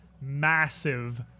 massive